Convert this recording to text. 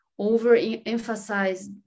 overemphasize